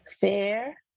Fair